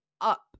up